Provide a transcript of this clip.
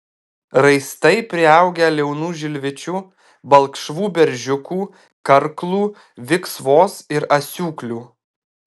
raistai priaugę liaunų žilvičių balkšvų beržiukų karklų viksvos ir asiūklių